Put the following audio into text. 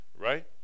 right